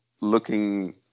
looking